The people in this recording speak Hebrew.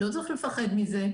לא צריך לפחד מזה,